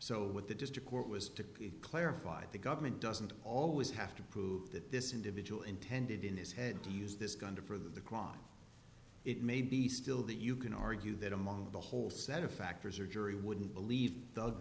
so what the district court was to clarify the government doesn't always have to prove that this individual intended in his head to use this gun or for the crown it may be still that you can argue that among the whole set of factors or jury wouldn't believe